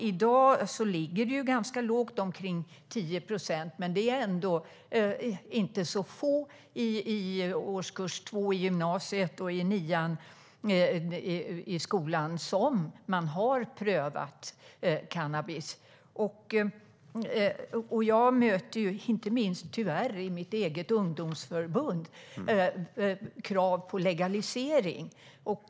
I dag ligger det ganska lågt, omkring 10 procent, men det är ändå inte så få i årskurs 2 i gymnasiet och i 9:an i skolan som har prövat cannabis. Jag möter, tyvärr inte minst i mitt eget partis ungdomsförbund, krav på legalisering.